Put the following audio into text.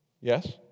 Yes